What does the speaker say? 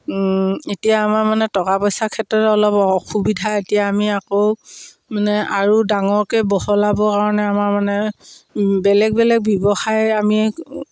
এতিয়া আমাৰ মানে টকা পইচাৰ ক্ষেত্ৰত অলপ অসুবিধা এতিয়া আমি আকৌ মানে আৰু ডাঙৰকৈ বহলাবৰ কাৰণে আমাৰ মানে বেলেগ বেলেগ ব্যৱসায় আমি